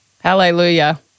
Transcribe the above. hallelujah